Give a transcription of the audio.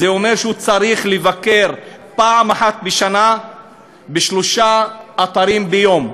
זה אומר שהוא צריך לבקר פעם אחת בשנה בשלושה אתרים ביום.